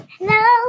Hello